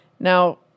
Now